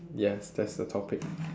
yes that's the topic